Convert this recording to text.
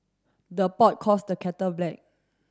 the pot calls the kettle black